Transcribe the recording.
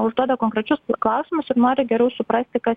užduoda konkrečius klausimus ir nori geriau suprasti kas